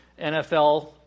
NFL